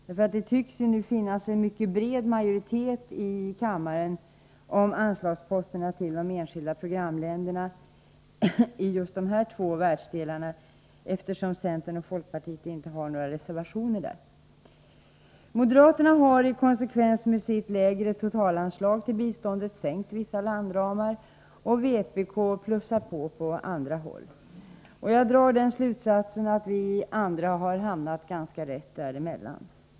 Det tycks nu finnas en mycket bred majoritet i kammaren om anslagsposterna till de enskilda programländerna i de här två världsdelarna, eftersom centern och folkpartiet inte har några reservationer där. Moderaterna har i konsekvens med sitt lägre totalanslag till biståndet sänkt vissa landramar, och vpk har plussat på. Jag drar den slutsatsen att vi andra har hamnat ganska rätt däremellan.